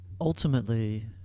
ultimately